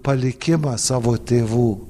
palikimą savo tėvų